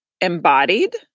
embodied